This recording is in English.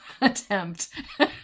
attempt